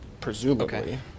Presumably